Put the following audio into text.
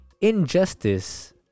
Injustice